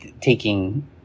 taking